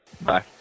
Bye